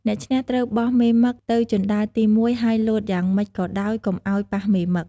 អ្នកឈ្នះត្រូវបោះមេមឹកទៅជណ្តើរទី១ហើយលោតយ៉ាងមិចក៏ដោយកុំឲ្យប៉ះមេមឹក។